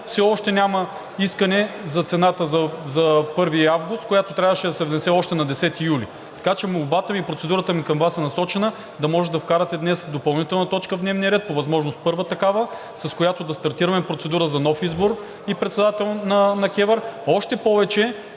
все още няма искане за цената за 1 август, която трябваше да се внесе още на 10 юли? Така че молбата ми, процедурата ми към Вас е насочена да може да вкарате днес допълнителна точка в дневния ред, по възможност първа такава, с която да стартираме процедура за нов избор и председател на КЕВР, още повече,